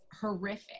horrific